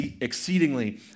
exceedingly